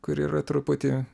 kuri yra truputį